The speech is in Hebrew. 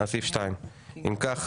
אם כך